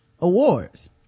awards